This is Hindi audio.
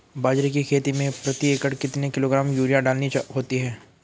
बाजरे की खेती में प्रति एकड़ कितने किलोग्राम यूरिया डालनी होती है?